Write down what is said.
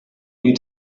you